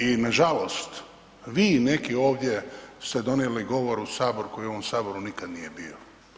I nažalost vi neki ovdje ste donijeli govor u sabor koji ovdje u ovom saboru nikad nije bio.